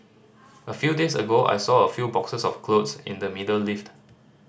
a few days ago I saw a few boxes of clothes in the middle lift